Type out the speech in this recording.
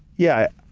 yeah,